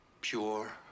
pure